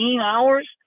hours